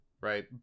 Right